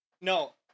no